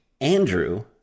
Andrew